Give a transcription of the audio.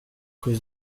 cause